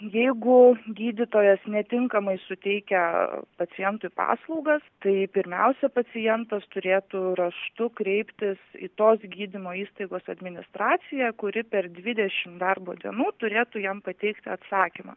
jeigu gydytojas netinkamai suteikia pacientui paslaugas tai pirmiausia pacientas turėtų raštu kreiptis į tos gydymo įstaigos administraciją kuri per dvidešim darbo dienų turėtų jam pateikti atsakymą